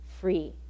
free